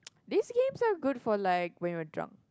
these games are good for like when you're drunk